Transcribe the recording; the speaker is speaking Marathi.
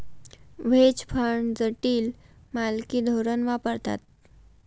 व्हेज फंड जटिल मालकी धोरण वापरतात